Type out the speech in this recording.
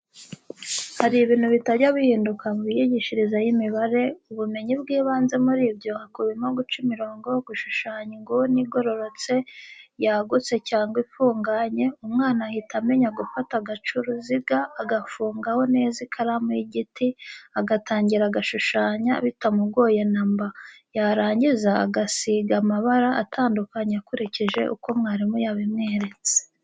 Hari ibintu bitajya bihinduka mu myigishirize y'imibare, ubumenyi bw'ibanze muri byo hakubiyemo guca imirongo, gushushanya inguni igororotse, yagutse cyangwa ifunganye, umwana ahita amenya gufata agacaruziga agafungaho neza ikaramu y'igiti, agatangira agashushanya bitamugoye na mba, yarangiza agasiga amabara atandukanye akurikije uko mwarimu yabimweretse.